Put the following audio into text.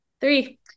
Three